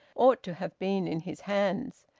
ought to have been in his hands.